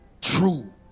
true